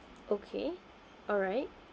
okay alright